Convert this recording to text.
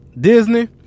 Disney